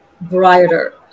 brighter